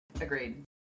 Agreed